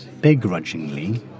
Begrudgingly